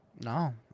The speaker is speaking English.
No